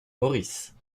maurice